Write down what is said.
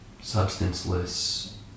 substanceless